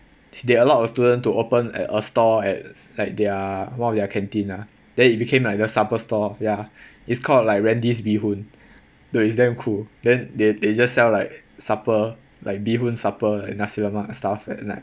they allowed a student to open at a stall at like their one of their canteen ah then it became like the supper stall ya it's called like randy's beehoon dude it's damn cool then they they just sell like supper like bee hoon supper and nasi lemak stuff at night